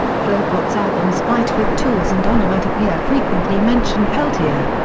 flobots' albums fight with tools and onomatopeia frequently mention peltier.